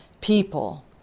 people